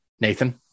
Nathan